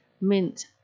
Mint